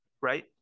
Right